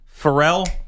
Pharrell